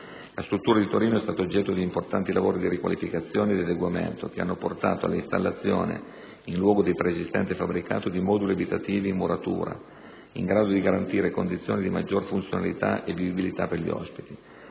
La struttura di Torino è stata oggetto di importanti lavori di riqualificazione e di adeguamento che hanno portato alla installazione, in luogo del preesistente prefabbricato, di moduli abitativi in muratura in grado di garantire condizioni di maggiore funzionalità e vivibilità per gli ospiti.